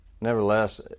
nevertheless